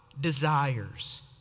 desires